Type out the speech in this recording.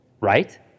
Right